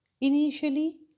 Initially